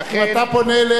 אני לא אוכל לשמור עליך,